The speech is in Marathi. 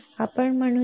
आपण म्हणूया